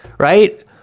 Right